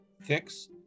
fix